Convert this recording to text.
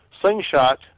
Slingshot